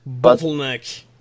Bottleneck